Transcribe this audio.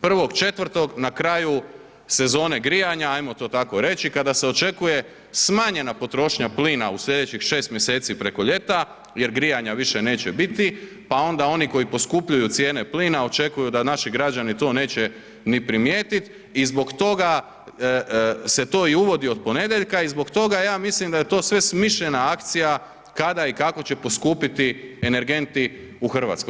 1.4. na kraju sezone grijanja ajmo to tako reći, kada se očekuje smanjena potrošnja plina u slijedećih 6 mj. preko ljeta jer grijanja više neće biti pa onda oni koji poskupljuju cijene plina očekuju da naši građani to neće ni primijetiti i zbog toga se to uvodi od ponedjeljka i zbog toga ja mislim da je to sve smišljena akcija kada i kako će poskupiti energenti u Hrvatskoj.